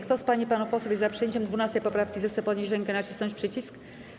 Kto z pań i panów posłów jest za przyjęciem 12. poprawki, zechce podnieść rękę i nacisnąć przycisk.